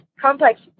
complex